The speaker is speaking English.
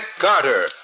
Carter